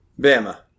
Bama